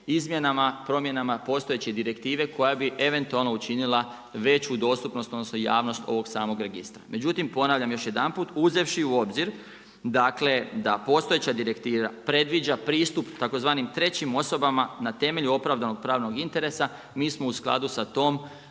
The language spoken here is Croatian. izmjenama, promjenama postojeće direktive koja bi eventualno učinila veću dostupnost, odnosno javnost ovog samog registra. Međutim, ponavljam još jedanput, uzevši u obzir, dakle da postojeća direktiva predviđa pristup tzv. trećim osobama na temelju opravdanog pravnog interesa. Mi smo u skladu sa tom,